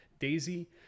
Daisy